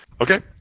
Okay